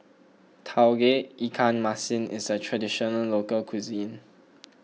Tauge Ikan Masin is a Traditional Local Cuisine